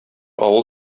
авыл